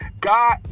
God